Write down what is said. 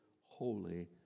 holy